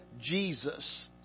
Jesus